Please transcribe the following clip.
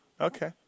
Okay